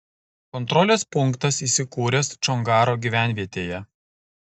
kontrolės punktas įsikūręs čongaro gyvenvietėje